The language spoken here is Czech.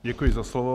Děkuji za slovo.